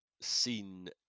seen